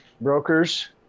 Brokers